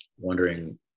Wondering